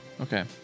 Okay